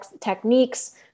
techniques